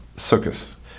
circus